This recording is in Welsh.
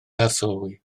arsylwi